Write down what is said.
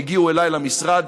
שהגיעו אליי למשרד.